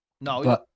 No